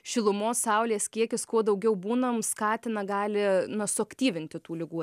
šilumos saulės kiekis kuo daugiau būnam skatina gali na suaktyvinti tų ligų